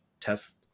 test